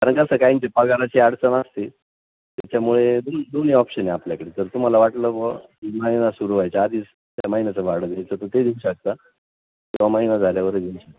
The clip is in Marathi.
कारण कसं काहींचे पगाराची अडचण असते त्याच्यामुळे दोन दोन्ही ऑप्शन आहेत आपल्याकडे जर तुम्हाला वाटलं बुवा महिना सुरू व्हायच्या आधीच त्या महिन्याचं भाडं द्यायचं तर ते देऊ शकता किंवा महिना झाल्यावर देऊ शकता